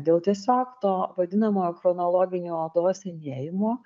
dėl tiesiog to vadinamojo chronologinio odos senėjimo